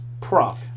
prop